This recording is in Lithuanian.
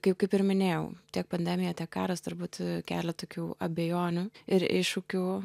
kaip kaip ir minėjau tiek pandemija tiek karas turbūt kelia tokių abejonių ir iššūkių